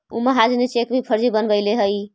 उ महाजनी चेक भी फर्जी बनवैले हइ